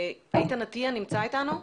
איתן אטיה נמצא איתנו?